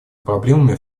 проблемами